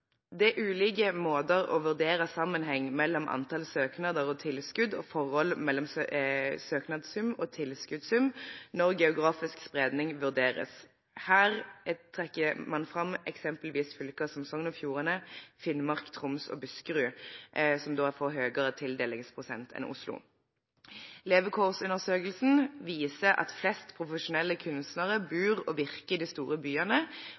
Det er ulike måter å vurdere sammenheng mellom antall søknader og tilskudd og forhold mellom søknadssum og tilskuddssum når geografisk spredning vurderes. Her trekker man eksempelvis fram fylker som Sogn og Fjordane, Finnmark, Troms og Buskerud, som da får høyere tildelingsprosent enn Oslo. Levekårsundersøkelsen viser at flest profesjonelle kunstnere bor og virker i de store byene,